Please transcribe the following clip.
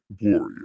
Warrior